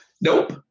Nope